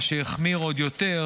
מה שהחמיר עוד יותר